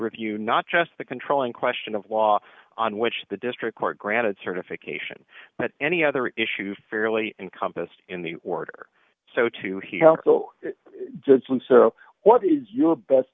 review not just the controlling question of law on which the district court granted certification but any other issue fairly encompassed in the order so to he held so just what is your best